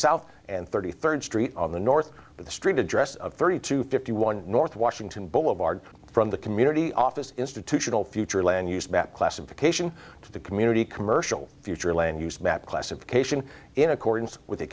south and thirty third street on the north with a street address of thirty two fifty one north of washington boulevard from the community office institutional future land used that classification to the community commercial future land use map classification in accordance with a